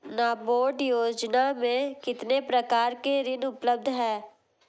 नाबार्ड योजना में कितने प्रकार के ऋण उपलब्ध हैं?